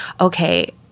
okay